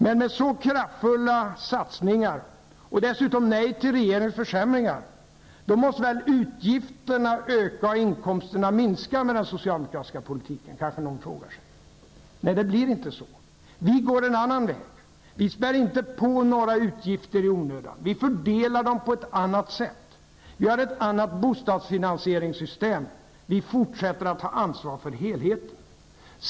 Men med så kraftfulla satsningar och dessutom med ett nej till regeringens försämringar måste väl utgifterna öka och inkomsterna minska med den socialdemokratiska politiken, kanske någon frågar sig. Nej, det blir inte så. Vi går en annan väg. Vi spär inte på några utgifter i onödan. Vi fördelar dem på ett annat sätt. Vi har ett annat bostadsfinansieringssystem. Vi fortsätter att ha ansvar för helheten.